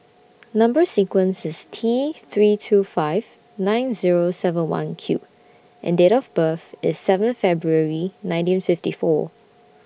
Number sequence IS T three two five nine Zero seven one Q and Date of birth IS seven February nineteen fifty four